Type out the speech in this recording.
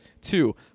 two